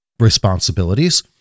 responsibilities